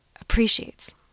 appreciates